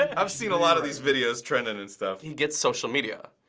and i've seen a lot of these videos trending and stuff. he gets social media.